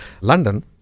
London